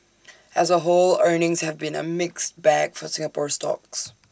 as A whole earnings have been A mixed bag for Singapore stocks